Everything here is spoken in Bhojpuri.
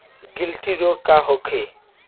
गिल्टी रोग का होखे?